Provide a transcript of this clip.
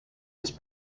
his